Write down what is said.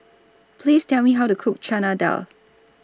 Please Tell Me How to Cook Chana Dal